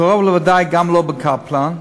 וקרוב לוודאי גם לא בבית-חולים קפלן,